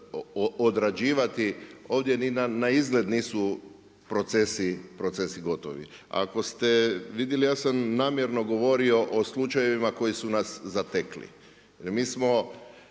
odrađivati, ovdje ni na izgled nisu procesi gotovi. Ako ste vidjeli, ja sam namjerno govorio o slučajevima koji su na zatekli. Jer mi